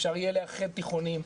אפשר יהיה לאחד תיכונים,